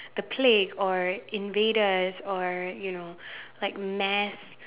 the plague or invaders or you know like mass